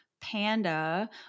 Panda